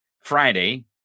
Friday